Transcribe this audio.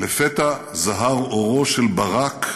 "לפתע זהר אורו של ברק,